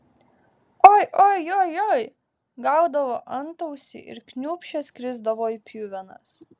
oi oi joj joj gaudavo antausį ir kniūpsčias krisdavo į pjuvenas